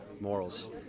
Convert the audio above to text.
morals